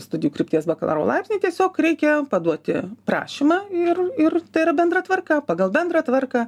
studijų krypties bakalauro laipsnį tiesiog reikia paduoti prašymą ir ir tai yra bendra tvarka pagal bendrą tvarką